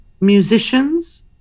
musicians